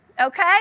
Okay